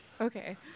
Okay